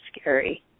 scary